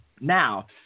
Now